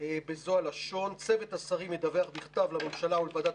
בזו הלשון: צוות השרים ידווח בכתב לממשלה ולוועדת